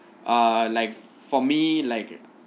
uh like for me like